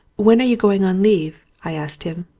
when are you going on leave? i asked him.